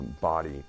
body